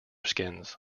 skins